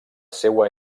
seua